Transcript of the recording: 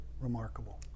remarkable